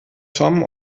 tomé